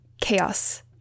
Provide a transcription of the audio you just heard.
chaos